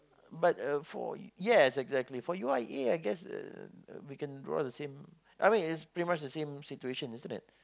but uh for ya exactly for U_I_A I guess uh uh we can draw the same I mean it's pretty much the same situation isn't it